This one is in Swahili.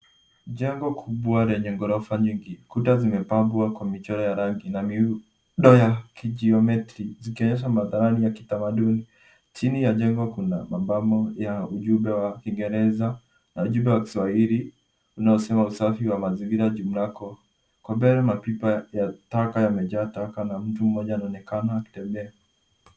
Jengo kubwa lenye gorofa nyingi. Kuta zimepambwa kwa michoro ya rangi na miundo ya kijiometri zikionyesha mandhari ya kitamaduni. Chini ya jengo kuna mabango ya ujumbe wa kingereza na ujumbe wa kiswahili unaosema usafi wa mazingira, jukumu lako. Mbele mapipa ya taka yamejaa taka na mtu mmoja anaonekana akitembea.